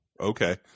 okay